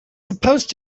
supposed